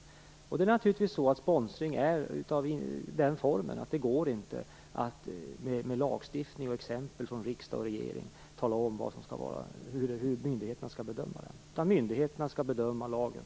Sponsring är naturligtvis av det slaget att det inte går att med lagstiftning och exempel från riksdag och regering tala om hur myndigheterna skall bedöma den. Myndigheterna skall i stället bedöma lagen.